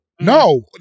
No